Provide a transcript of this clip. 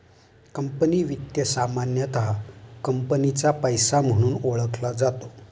company वित्त सामान्यतः कंपनीचा पैसा म्हणून ओळखला जातो